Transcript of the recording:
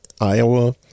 iowa